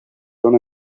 son